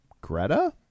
Greta